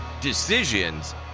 decisions